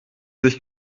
sich